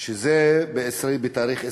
שזה בתאריך 21,